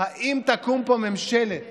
האם תקום פה ממשלת